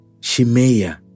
Shimea